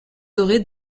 dorée